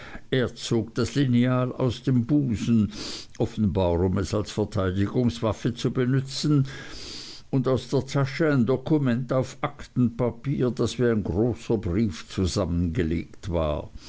er zog das lineal aus dem busen offenbar um es als verteidigungswaffe zu benützen und aus der tasche ein dokument auf aktenpapier das wie ein großer brief zusammengelegt war